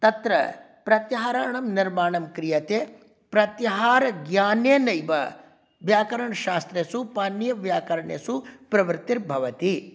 तत्र प्रत्याहाराणां निर्माणं क्रियते प्रत्याहारज्ञानेनैव व्याकरणशास्त्रेषु पाणिनियव्याकरणेषु प्रवृत्तिर्भवति